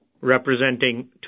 representing